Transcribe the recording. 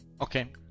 okay